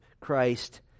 Christ